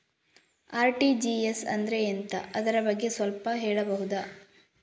RTGS ಅಂದ್ರೆ ಎಂತ ಅದರ ಬಗ್ಗೆ ಸ್ವಲ್ಪ ಹೇಳಬಹುದ?